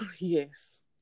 yes